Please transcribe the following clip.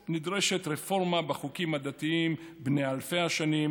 נדרשת רפורמה בחוקים הדתיים בני אלפי השנים,